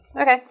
Okay